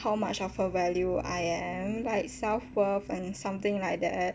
how much of a value I am like self worth and something like that